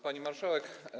Pani Marszałek!